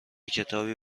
کتابی